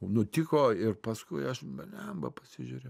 nutiko ir paskui aš bliamba pasižiūriu